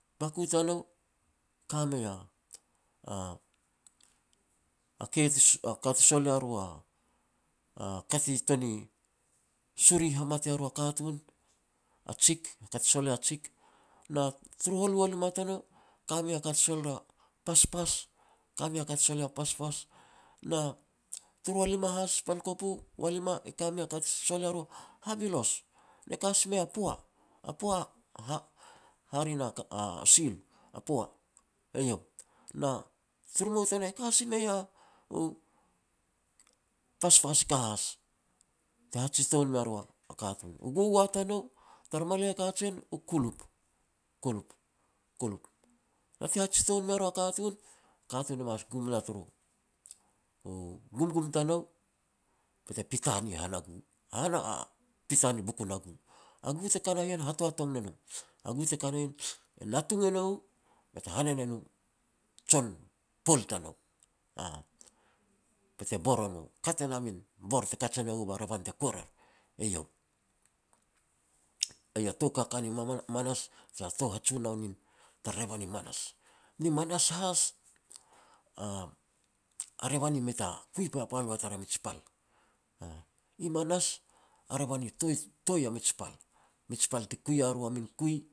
Baku tanou e ka mei a ka ti sol ya ru a ka ti tuan ni suri hamat ia ru a katun, a jik, ka ti sol ya jik, na turu hualu walima tanou ka mei a ka ti sol ya paspas, ka mei a ka ti sol ya paspas, na turu walima has pal kopu, walima e ka mei a ka ti sol ya ru a habilos, ne ka si mei a poa, a poa, ha-hare na a sil, a poa, eiau. Na turu mou tanou e ka si mei u paspas i ka has, ti hajitoun mea ru a katun. U gugua tanou, tara malei a kajen, u kulup, kulup, kulup, na ti hajitoun mea ru a katun, katun e mas gum na turu u gumgum tanou be te pita ni han a gu, pita ni bukun a gu. A gu te ka na ien hatoatong ne nou, a gu te ka na ien e natung eiau be te hanin e nu jon pual tanou, aah, be te bor o no, kat e na min bor te kaj e nou ba revan te kuer er, eiau. Eiau a tou kaka ni mana-manas, tara tou hajunoun nin tara revan i manas. Ni manas has, a revan i mei ta kui papal ua tara mij pal, aah, i manas a revan i toitoi a mij pal. Mij pal ti kui ya ru a min kui